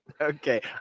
Okay